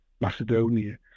Macedonia